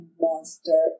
monster